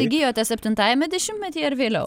įgijote septintajame dešimtmetyje ar vėliau